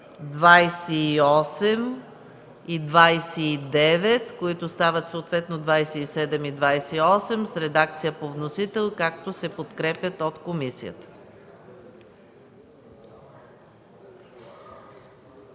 28 и 29, които стават съответно параграфи 27 и 28 в редакцията по вносител, както се подкрепят от комисията.